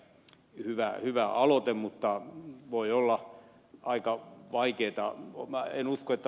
elikkä hyvä aloite mutta voi olla aika vaikeata